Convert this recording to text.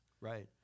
right